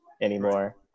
anymore